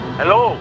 hello